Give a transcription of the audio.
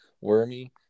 wormy